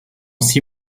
six